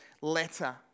letter